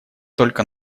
только